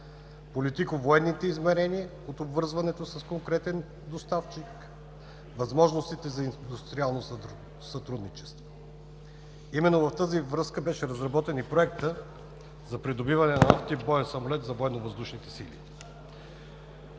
политиковоенните измерения от обвързването с конкретен доставчик и възможностите за идустриално сътрудничество. Именно в тази връзка беше разработен и Проектът за придобиване на нов тип боен самолет за военновъздушните сили.